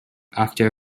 after